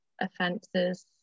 offences